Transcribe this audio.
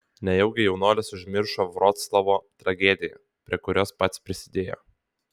nejaugi jaunuolis užmiršo vroclavo tragediją prie kurios pats prisidėjo